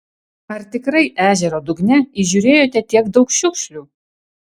ar tikrai ežero dugne įžiūrėjote tiek daug šiukšlių